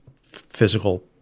physical